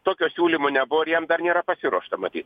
tokio siūlymo nebuvo ir jam dar nėra pasiruošta matyt